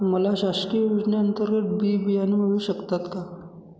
मला शासकीय योजने अंतर्गत बी बियाणे मिळू शकतात का?